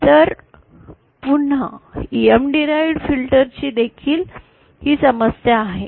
तर पुन्हा M derived filter ची देखील ही समस्या आहे